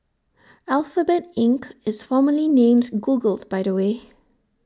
Alphabet Inc is formerly named Google by the way